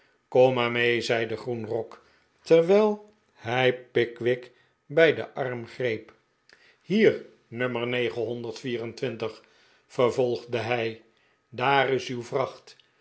kom maar mee zei de groenrok terwijl hij pickwick bij den arm greep hier nu vervolgde hij daar is uw vracht